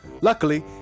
Luckily